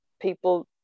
People